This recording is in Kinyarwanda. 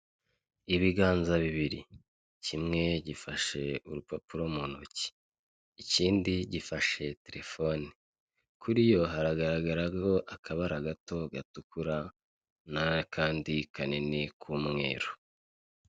Umugore wambaye ikanzu y'amabara impande ye umusore uhetse igikapu cy'umutuku imbere yabo hari umugabo wambaye imyenda y'icyatsi kibisi, ushinzwe umutekano inyuma yabo inyubako ndende ikorerwamo ubucuruzi.